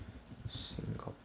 !wah! that one